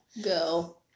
go